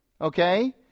Okay